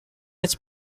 its